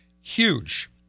Huge